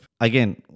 again